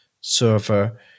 server